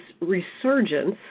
resurgence